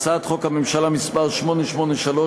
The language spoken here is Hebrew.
הצעות חוק הממשלה מס' 883,